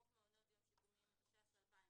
חוק מעונות יום שיקומיים, התש"ס 2000,